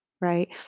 right